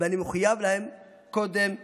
ואני מחויב להם קודם כול.